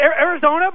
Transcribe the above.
Arizona